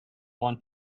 want